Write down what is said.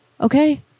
Okay